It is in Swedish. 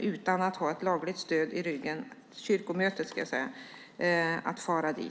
utan lagligt stöd i ryggen, kunna delta och utföra sitt uppdrag.